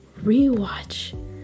rewatch